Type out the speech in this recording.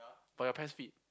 but you're Pes fit